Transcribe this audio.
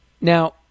Now